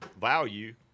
value